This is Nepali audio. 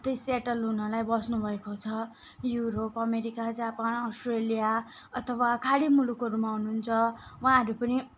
उतै सेटल हुनलाई बस्नुभएको छ युरोप अमेरिका जापान अस्ट्रेलिया अथवा खाडी मुलुकमा हुनुहुन्छ उहाँहरू पनि